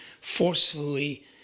forcefully